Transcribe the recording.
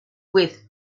with